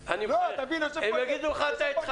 אני עכשיו רמי לוי שיווק השקמה,